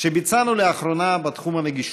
שביצענו לאחרונה בתחום הנגישות.